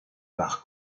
par